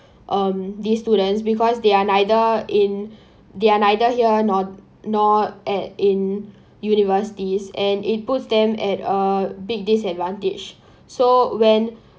um these students because they're neither in they're neither here nor nor at in universities and it puts them at uh big disadvantage so when